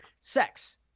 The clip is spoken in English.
sex